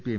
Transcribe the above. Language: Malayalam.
P M